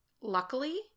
Luckily